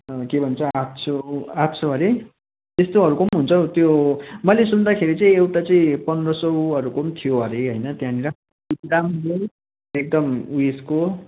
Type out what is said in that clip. के भन्छ आठ सय आठ सय अरे यस्तोहरूकोम् हुन्छ हौ त्यो मैले सुन्दाखेरि चाहिँ एउटा चाहिँ पन्ध्र सयहरूको पनि थियो अरे होइन त्यहाँनिर एकदम उयसको